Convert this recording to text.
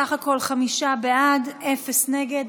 סך הכול חמישה בעד, אפס נגד.